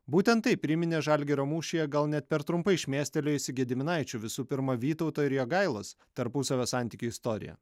būtent tai priminė žalgirio mūšyje gal net per trumpai šmėstelėjusį gediminaičių visų pirma vytauto ir jogailos tarpusavio santykių istoriją